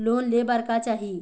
Loan ले बार का चाही?